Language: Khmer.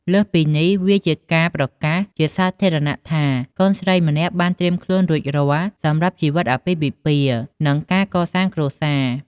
លើសពីនេះ វាជាការប្រកាសជាសាធារណៈថា កូនស្រីម្នាក់បានត្រៀមខ្លួនរួចរាល់សម្រាប់ជីវិតអាពាហ៍ពិពាហ៍ និងការកសាងគ្រួសារ។